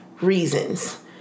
reasons